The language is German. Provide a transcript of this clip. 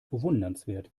bewundernswert